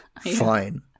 Fine